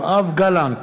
יואב גלנט,